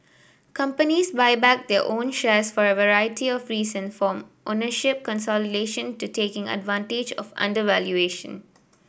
companies buy back their own shares for a variety of reasons from ownership consolidation to taking advantage of undervaluation